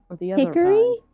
Hickory